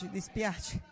dispiace